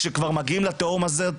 כשכבר מגיעים לתהום הזאת,